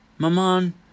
Maman